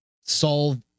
solve